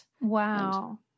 Wow